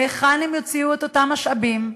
מהיכן הם יוציאו את אותם משאבים?